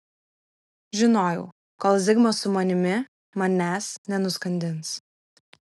žinojau kol zigmas su manimi manęs nenuskandins